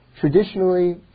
traditionally